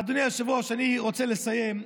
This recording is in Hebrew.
אדוני היושב-ראש, אני רוצה לסיים.